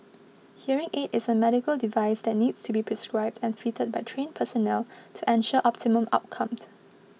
hearing aid is a medical device that needs to be prescribed and fitted by trained personnel to ensure optimum outcome